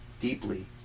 deeply